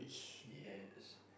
yes